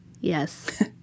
Yes